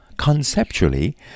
Conceptually